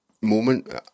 moment